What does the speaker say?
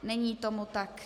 Není tomu tak.